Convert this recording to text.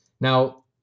Now